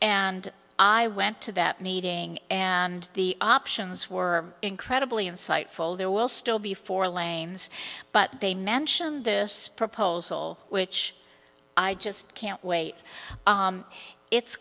and i went to that meeting and the options were incredibly insightful there will still be four lanes but they mention this proposal which i just can't wait it's